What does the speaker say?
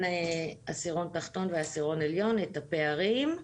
עשירון תחתון ועשירון עליון ואת הפערים.